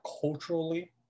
culturally